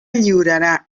lliurarà